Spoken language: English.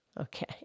Okay